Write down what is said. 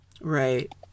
Right